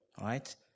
right